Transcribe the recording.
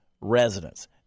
residents